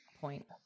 point